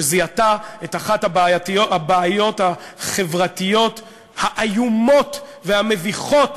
שזיהתה את אחת הבעיות החברתיות האיומות והמביכות,